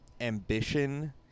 ambition